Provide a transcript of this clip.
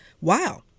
wow